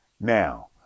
Now